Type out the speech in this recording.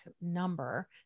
number